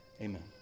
Amen